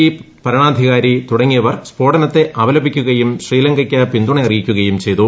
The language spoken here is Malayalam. ഇ ഭരണാധികാരി തുടങ്ങിയവർ സ്ഫോടനത്തെ അപലപിക്കുകയും ശ്രീലങ്കയ്ക്ക് പിന്തുണ അറിയിക്കുകയും ചെയ്തു